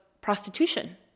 prostitution